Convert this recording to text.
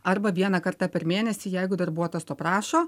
arba vieną kartą per mėnesį jeigu darbuotojas to prašo